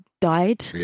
died